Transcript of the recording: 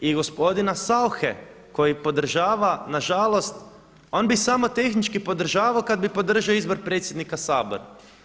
I gospodina Sauche koji podržava na žalost, on bi samo tehnički podržavao kad bi podržao izbor predsjednika Sabora.